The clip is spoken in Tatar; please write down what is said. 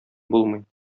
булмый